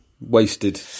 Wasted